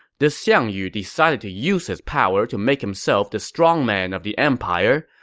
this xiang yu decided to use his power to make himself the strong man of the empire,